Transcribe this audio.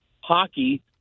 hockey